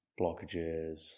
blockages